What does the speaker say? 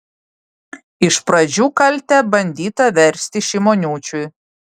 iš pradžių kaltę bandyta versti šimoniūčiui